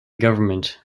government